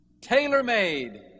Tailor-made